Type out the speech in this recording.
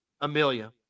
Amelia